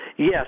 Yes